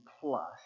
plus